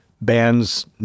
bands